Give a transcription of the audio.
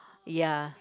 ya